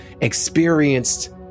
experienced